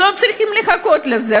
לא צריכים לחכות לזה.